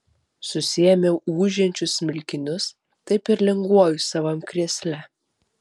susiėmiau ūžiančius smilkinius taip ir linguoju savam krėsle